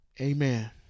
Amen